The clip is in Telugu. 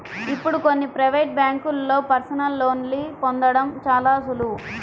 ఇప్పుడు కొన్ని ప్రవేటు బ్యేంకుల్లో పర్సనల్ లోన్ని పొందడం చాలా సులువు